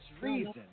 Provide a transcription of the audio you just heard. reason